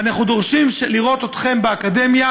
אנחנו דורשים לראות אתכם באקדמיה,